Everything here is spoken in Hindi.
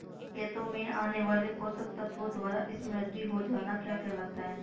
खेतों में आने वाले पोषक तत्वों द्वारा समृद्धि हो जाना क्या कहलाता है?